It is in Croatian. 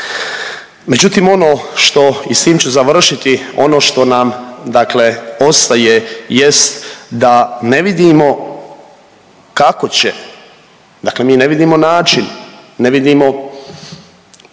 Međutim, ono što i s tim ću završiti, ono što nam dakle ostaje jest da ne vidimo kako će dakle ne vidimo način, ne vidimo